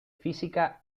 física